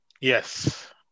Yes